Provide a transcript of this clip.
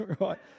right